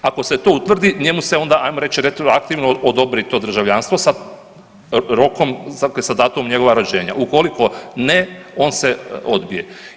Ako se to utvrdi njemu se onda ajmo reć retroaktivno odobri to državljanstvo sa rokom sa datumom njegova rođenja, ukoliko ne on se odbije.